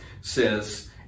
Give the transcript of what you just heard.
says